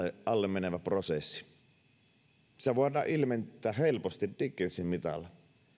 alle menevä prosessi sitä voidaan ilmentää helposti dickensin mitalla